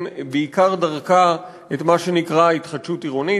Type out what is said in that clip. בעיקר דרכה את מה שנקרא התחדשות עירונית.